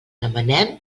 demanem